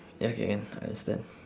ya K can understand